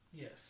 Yes